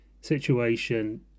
situation